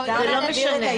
זה לא משנה.